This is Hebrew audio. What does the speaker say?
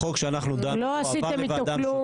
החוק שאנחנו דנו עבר לוועדה משותפת --- לא עשיתם איתו כלום,